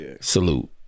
salute